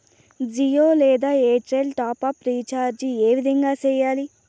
జియో లేదా Airtel top up recharge ఏ విధంగా సేయాలి